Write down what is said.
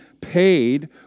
paid